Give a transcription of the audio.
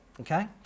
okay